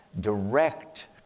direct